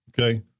Okay